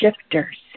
shifters